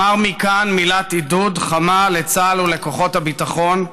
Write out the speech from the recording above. אומר מכאן מילת עידוד חמה לצה"ל ולכוחות הביטחון.